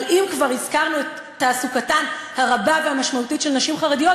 אבל אם כבר הזכרנו את תעסוקתן הרבה והמשמעותית של נשים חרדיות,